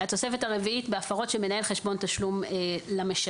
התוספת הרביעית עוסקת בהפרות של מנהל חשבון תשלום למשלם.